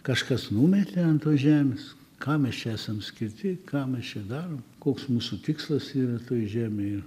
kažkas numetė ant tos žemės kam mes čia esam skirti ką mes čia darom koks mūsų tikslas yra toj žemėj ir